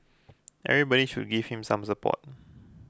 everybody should just give him some support